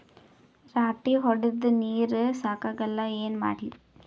ರಾಟಿ ಹೊಡದ ನೀರ ಸಾಕಾಗಲ್ಲ ಏನ ಮಾಡ್ಲಿ?